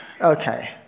Okay